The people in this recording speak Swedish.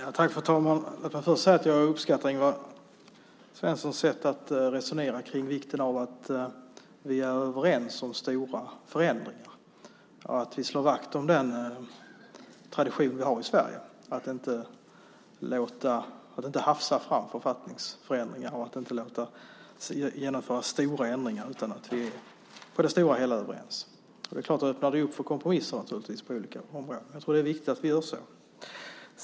Fru talman! Låt mig först säga att jag uppskattar Ingvar Svenssons sätt att resonera om vikten av att vi är överens om stora förändringar och att vi slår vakt om den tradition vi har i Sverige. Vi hafsar inte fram författningsförändringar, och vi genomför inte stora förändringar utan att vi på det stora hela är överens. Det öppnar naturligtvis för kompromisser på olika områden, och jag tror att det är viktigt att vi gör så.